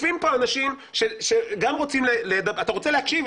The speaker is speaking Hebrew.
אתה רוצה להקשיב?